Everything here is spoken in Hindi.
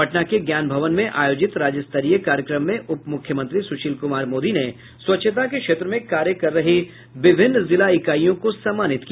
पटना के ज्ञान भवन में आयोजित राज्यस्तरीय कार्यक्रम में उपमुख्यमंत्री सुशील कुमार मोदी ने स्वच्छता के क्षेत्र में कार्य कर रही विभिन्न जिला इकाईयों को सम्मानित किया